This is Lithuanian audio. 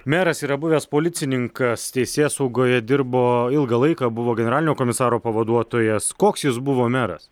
meras yra buvęs policininkas teisėsaugoje dirbo ilgą laiką buvo generalinio komisaro pavaduotojas koks jis buvo meras